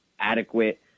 adequate